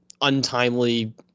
untimely